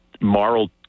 moral